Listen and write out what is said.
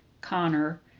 Connor